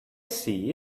see